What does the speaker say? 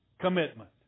commitment